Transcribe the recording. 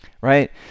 right